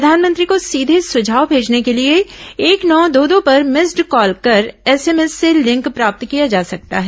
प्रधानमंत्री को सीधे सुझाव भेजने के लिए एक नौ दो दो पर मिस्ड कॉल कर एसएमएस से लिंक प्राप्त किया जा सकता है